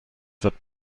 wird